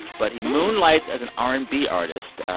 but he moonlights as an r and b artist.